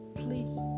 please